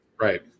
right